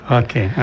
okay